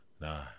Nah